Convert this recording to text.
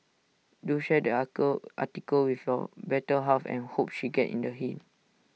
do share the article with your better half and hopes she get in the hint